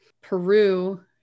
peru